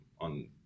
on